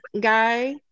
guy